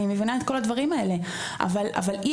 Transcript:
אני מבינה את כל הדברים האלה אבל אי